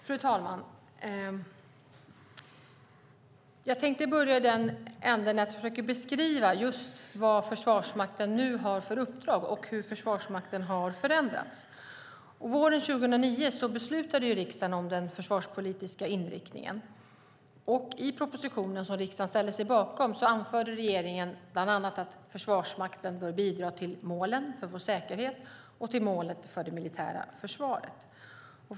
Fru talman! Jag tänker börja med att beskriva vad Försvarsmakten nu har för uppdrag och hur Försvarsmakten har förändrats. Våren 2009 beslutade riksdagen om den försvarspolitiska inriktningen. I propositionen som riksdagen ställde sig bakom anförde regeringen bland annat att Försvarsmakten bör bidra till målen för vår säkerhet och till målet för det militära försvaret.